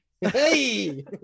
Hey